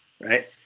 right